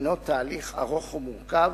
היא תהליך ארוך ומורכב,